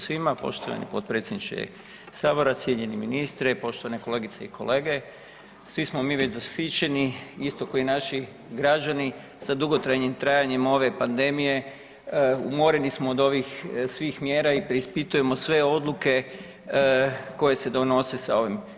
svima, poštovani potpredsjedniče sabora, cijenjeni ministre, poštovane kolegice i kolege, svi smo mi već zasićeni isto kao i naši građani sa dugotrajnim trajanjem ove pandemije, umoreni smo od ovih svih mjera i preispitujemo sve odluke koje se donose sa ovim.